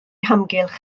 hamgylch